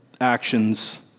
actions